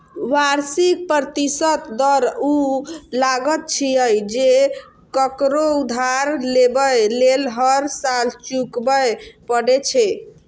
वार्षिक प्रतिशत दर ऊ लागत छियै, जे ककरो उधार लेबय लेल हर साल चुकबै पड़ै छै